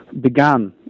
began